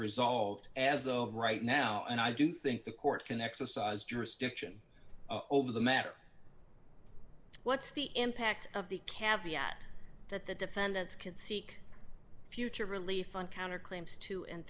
resolved as of right now and i do think the court can exercise jurisdiction over the matter what's the impact of the kavli at that the defendants can seek future relief on counter claims two and